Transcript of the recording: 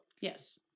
Yes